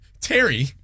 Terry